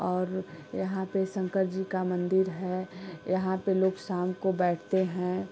और यहाँ पे शंकर जी का मन्दिर है यहाँ पे लोग शाम को बैठते हैं